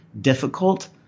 difficult